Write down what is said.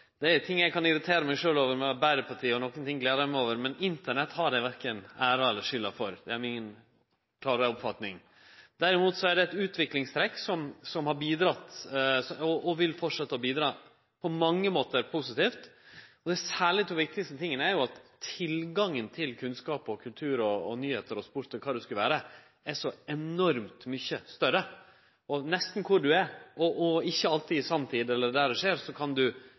Det er ting eg kan irritere meg over med Arbeidarpartiet, og nokre ting gler eg meg over, men Internett har dei korkje æra eller skulda for. Det er mi klare oppfatning. Derimot er det eit utviklingstrekk som på mange måtar har bidrege – og vil halde fram med å bidra – positivt. Det som særleg er viktig er, at tilgangen til kunnskap, kultur, nyheiter, sport og kva det skulle vere, er så enormt mykje større. Nesten kor du er – og ikkje alltid i samtid eller der det skjer – kan du